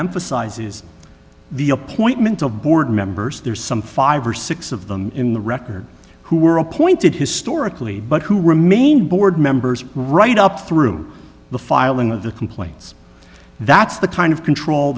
emphasize is the appointment of board members there is some five or six of them in the record who were appointed historically but who remain board members right up through the filing of the complaints that's the kind of control